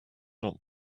not